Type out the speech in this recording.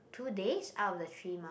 two days out of the three month